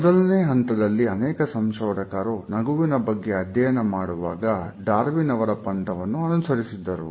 ಮೊದಲನೇ ಹಂತದಲ್ಲಿ ಅನೇಕ ಸಂಶೋಧಕರು ನಗುವಿನ ಬಗ್ಗೆ ಅಧ್ಯಯನ ಮಾಡುವಾಗ ಡಾರ್ವಿನ್ ಅವರ ಪಂಥವನ್ನು ಅನುಸರಿಸಿದರು